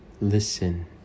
listen